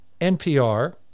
NPR